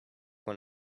when